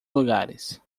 lugares